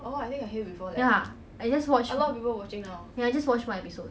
ya I just watch ya I just watch one episode